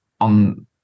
on